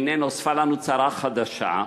והנה נוספה לנו צרה חדשה: